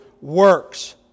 works